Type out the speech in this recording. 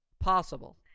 possible